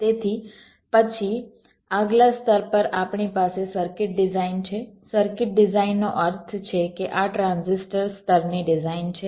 તેથી પછી આગલા સ્તર પર આપણી પાસે સર્કિટ ડિઝાઇન છે સર્કિટ ડિઝાઇનનો અર્થ છે કે આ ટ્રાન્ઝિસ્ટર સ્તરની ડિઝાઇન છે